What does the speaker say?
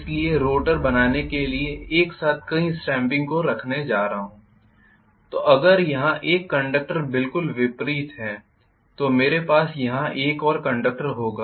इसलिए रोटर बनाने के लिए एक साथ कई स्टांपिंग को साथ रखने जा रहा हूँ तो अगर यहां एक कंडक्टर बिल्कुल विपरीत है तो मेरे पास यहां एक और कंडक्टर होगा